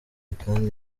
kandi